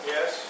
Yes